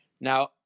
Now